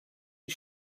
you